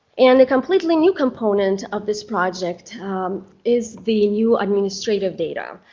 and a completely new component of this project is the new administrative data.